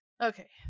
okay